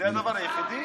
זה הדבר היחידי?